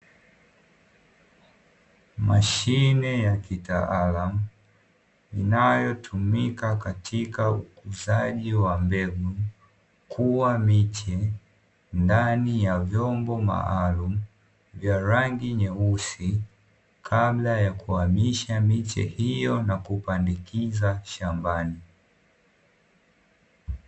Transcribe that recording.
Mashine ya kitaalamu inayotumika katika ukuzaji wa mbegu, kuwa miche ndani ya vyombo maalumu vya rangi nyeusi kabla ya kuhamisha miche hiyo na kupandikiza shambani.